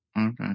Okay